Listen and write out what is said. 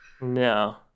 No